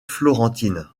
florentine